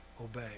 obey